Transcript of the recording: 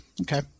Okay